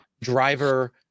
driver